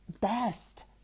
best